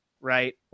right